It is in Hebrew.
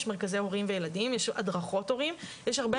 יש מרכזי הורים וילדים,